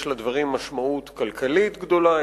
יש לדברים משמעות כלכלית גדולה,